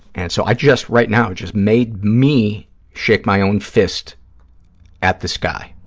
and so i just, right now, just made me shake my own fist at the sky,